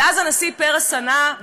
ואז הנשיא פרס ענה,